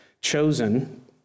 chosen